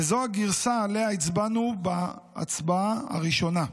וזו הגרסה שעליה הצבענו בהצבעה הראשונה,